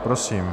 Prosím.